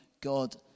God